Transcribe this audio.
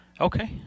Okay